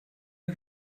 you